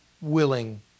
willing